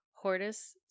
Hortus